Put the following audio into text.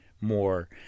more